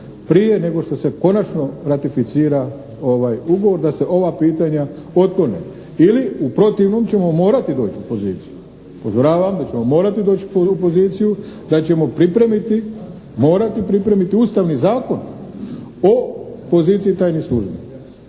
prije nego što se konačno ratificira ovaj ugovor, da se ova pitanja otklone ili u protivnom ćemo morati doći u poziciju, upozoravam da ćemo morati doći u poziciju da ćemo pripremiti, morati pripremiti ustavni zakon o poziciji tajnih službi